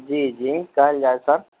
जी जी कहल जाय सर